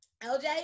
LJ